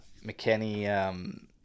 McKenny